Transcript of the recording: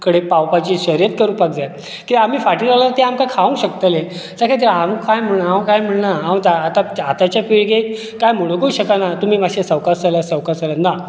पर्य कडे पावपाची शर्यत करपाक जाय की आमी फाटलो लोक ते आमकां खावंक शकतले सगळ्याकचे हांव कांय म्हणना हांव कांय म्हणना हांव आताच्या पिळगेक कांय म्हणुंकूय शकना तुमी मातशे सवकास चला सवकास चला ना